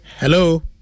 Hello